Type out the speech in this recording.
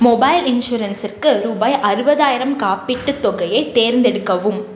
mobile இன்சூரன்ஸுக்கு ரூபாய் அறுபதாயிரம் காப்பீட்டுத் தொகையை தேர்ந்தெடுக்கவும்